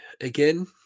again